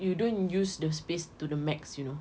you don't use the space to the maximum you know